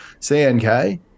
CNK